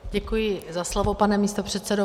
Děkuji za slovo, pane místopředsedo.